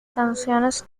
canciones